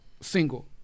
single